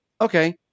okay